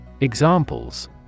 examples